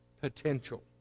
potential